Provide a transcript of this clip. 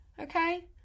okay